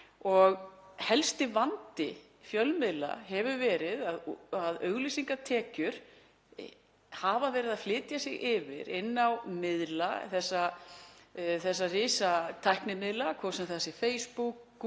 og helsti vandi fjölmiðla hefur verið að auglýsingatekjur hafa verið að flytja sig yfir inn á miðla, þessa risatæknimiðla, hvort sem það er Facebook, Google